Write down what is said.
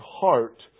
heart